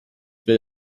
will